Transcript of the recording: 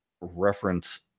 reference